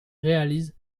réalise